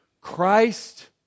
Christ